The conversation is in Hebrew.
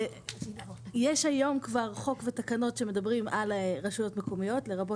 יש היום כבר חוק ותקנות שמדברים על רשויות מקומיות לרבות